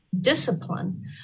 discipline